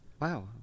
Wow